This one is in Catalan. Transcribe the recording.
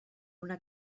una